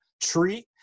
tree